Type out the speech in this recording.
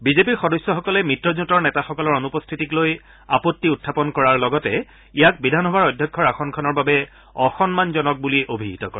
বিজেপিৰ সদস্যসকলে মিত্ৰজোঁটৰ নেতাসকলৰ অনুপস্থিতিক লৈ আপত্তি উখাপন কৰাৰ লগতে ইয়াক বিধানসভাৰ অধ্যক্ষৰ আসনখনৰ বাবে অসন্মানজনক বুলি অভিহিত কৰে